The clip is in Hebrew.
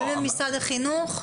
מי זה משרד החינוך?